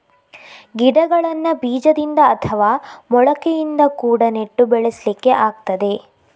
ಗಿಡಗಳನ್ನ ಬೀಜದಿಂದ ಅಥವಾ ಮೊಳಕೆಯಿಂದ ಕೂಡಾ ನೆಟ್ಟು ಬೆಳೆಸ್ಲಿಕ್ಕೆ ಆಗ್ತದೆ